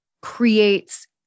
creates